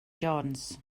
jones